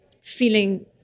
feeling